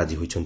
ରାଜି ହୋଇଛନ୍ତି